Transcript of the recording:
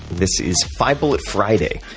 this is five bullet friday.